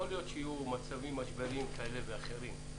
יכול להיות שיהיו מצבים משבריים כאלה ואחרים,